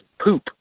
poop